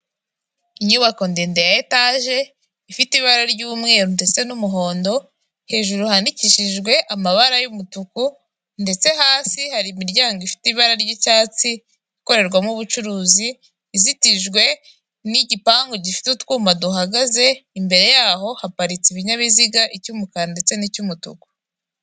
Inyubako ndende ya etaje, ifite ibara ry'umweru ndetse n'umuhondo hejuru handikishijwe amabara y'umutuku ndetse hasi hari imiryango ifite ibara ry'icyatsi ikorerwamo ubucuruzi izitijwe n'igipangu gifite utwuma duhagaze imbere yaho haparitse ibinyabiziga icy'umukara ndetse nicy'umutuku.